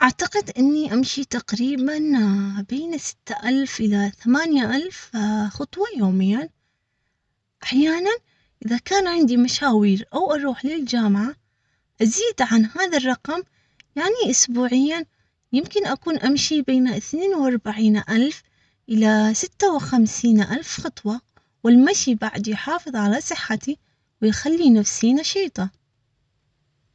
اعتقد اني امشي تقريبا بين ستة الف الى ثمانية الف خطوة يوميا احيانا اذا كان عندي مشاوير او اروح للجامعة ازيد عن هذا الرقم يعني اسبوعيا يمكن اكون امشي بين اثنين واربع الف الى ستة وخمسين الف خطوة والمشي بعد يحافظ على صحتي ويخلي نفسي نشيطة